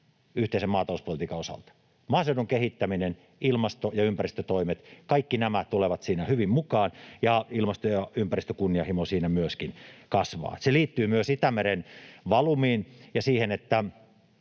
yhteisen maatalouspolitiikan osalta. Maaseudun kehittäminen, ilmasto- ja ympäristötoimet, kaikki nämä tulevat siinä hyvin mukaan, ja ilmasto- ja ympäristökunnianhimo siinä myöskin kasvaa. Se liittyy myös Itämeren valumiin ja siihen, että